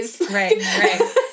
Right